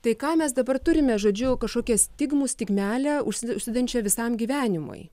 tai ką mes dabar turime žodžiu kažkokią stigmų stigmelę užsidedančią visam gyvenimui